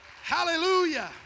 Hallelujah